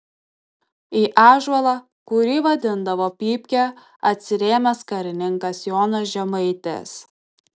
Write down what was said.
į ąžuolą kurį vadindavo pypke atsirėmęs karininkas jonas žemaitis